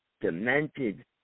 demented